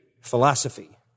philosophy